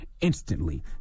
instantly